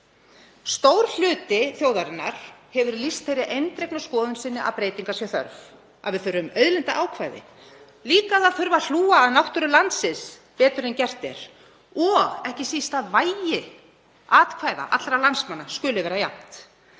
Stór hluti þjóðarinnar hefur lýst þeirri eindregnu skoðun sinni að breytinga sé þörf, að við þurfum auðlindaákvæði, líka að hlúa þurfi að náttúru landsins betur en gert er, og ekki síst að vægi atkvæða allra landsmanna skuli vera jafnt.